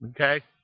Okay